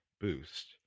boost